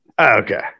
Okay